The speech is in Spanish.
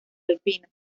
alpino